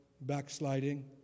backsliding